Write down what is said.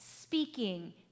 speaking